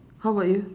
how about you